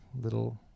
little